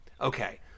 Okay